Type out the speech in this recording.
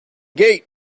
gate